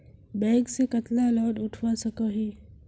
Bank से कतला loan उठवा सकोही?